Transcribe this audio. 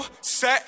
set